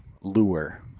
lure